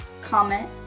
comment